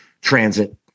transit